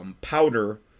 powder